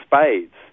spades